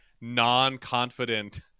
non-confident